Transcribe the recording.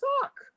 suck